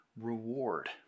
reward